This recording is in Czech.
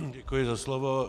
Děkuji za slovo.